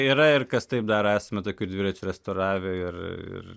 yra ir kas taip daro esame tokių dviračių restauravę ir